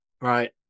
Right